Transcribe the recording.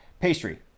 pastry